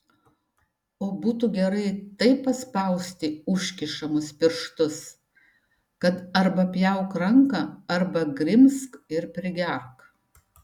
o būtų gerai taip paspausti užkišamus pirštus kad arba pjauk ranką arba grimzk ir prigerk